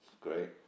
Great